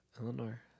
Eleanor